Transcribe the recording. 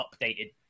updated